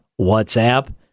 WhatsApp